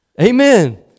Amen